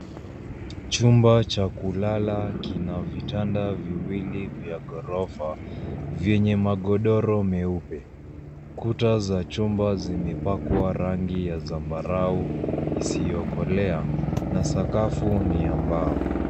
Chumba cha kulala kina vitanda viwili vya ghorofa vyenye magodoro meupe. Kuta za chumba zimepakwa rangi ya zambarau isiyokolea na sakafu ni ya mbao.